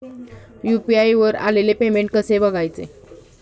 UPI वर आलेले payment कसे बघायचे?